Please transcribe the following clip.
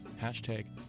hashtag